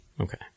Okay